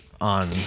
on